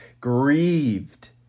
grieved